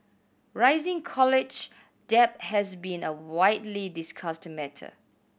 rising college debt has been a widely discussed matter